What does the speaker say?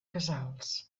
casals